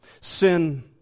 Sin